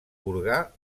burgar